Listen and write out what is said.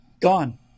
gone